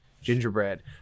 gingerbread